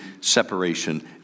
separation